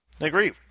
Agree